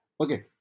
Okay